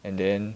and then